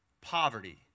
poverty